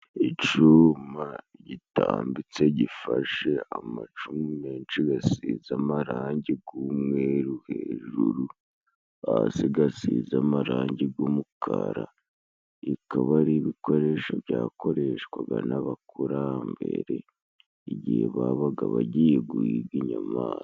Icyuma gitambitse gifashe amacumu menshi basize amarangi g'umweru hejuru, hasi gasize amarangi g'umukara, ikaba ari ibikoresho byakoreshwaga n'abakurambere, igihe babaga bagiye guhiga inyama.